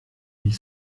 ils